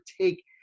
take